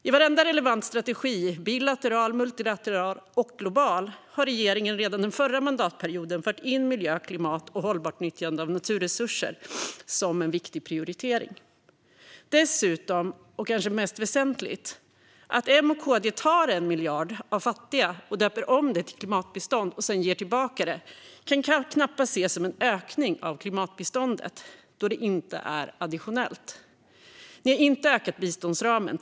I varenda relevant strategi - bilateral, multilateral eller global - har regeringen den förra mandatperioden fört in miljö, klimat och hållbart nyttjande av naturresurser som en viktig prioritering. Det kanske mest väsentliga är att M och KD tar 1 miljard av fattiga, döper om det till klimatbistånd och sedan ger tillbaka det. Detta kan knappast ses som en ökning av klimatbiståndet, då det inte är additionellt. Ni har inte ökat biståndsramen.